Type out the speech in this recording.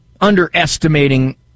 underestimating